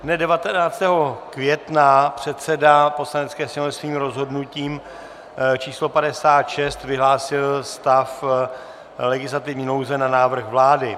Dne 19. května předseda Poslanecké sněmovny svým rozhodnutím číslo 56 vyhlásil stav legislativní nouze na návrh vlády.